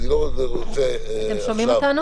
אני לא רוצה כרגע